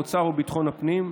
האוצר וביטחון הפנים.